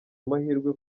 amahirwe